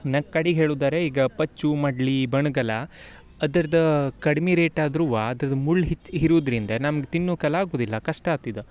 ನಾ ಕಡಿಗೆ ಹೇಳುದಾರೆ ಈಗ ಪಚ್ಚು ಮಡ್ಲಿ ಬಣ್ಗಲ ಅದ್ರದ್ದು ಕಡ್ಮಿ ರೇಟಾದ್ರುವ ಅದ್ರದ್ದು ಮುಳ್ಳು ಹಿಚ್ ಇರುದ್ರಿಂದ ನಮ್ಗೆ ತಿನ್ನುಕಲ ಆಗುದಿಲ್ಲ ಕಷ್ಟ ಆತಿದೊ